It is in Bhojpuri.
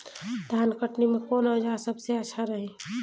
धान कटनी मे कौन औज़ार सबसे अच्छा रही?